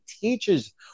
teaches